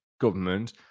government